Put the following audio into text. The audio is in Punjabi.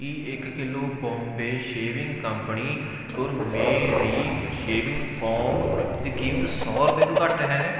ਕੀ ਇੱਕ kilo Bombay shaving company turmeric shaving foam ਦੀ ਕੀਮਤ ਸੌ ਰੁਪਏ ਤੋਂ ਘੱਟ ਹੈ